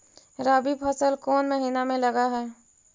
रबी फसल कोन महिना में लग है?